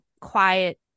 quiet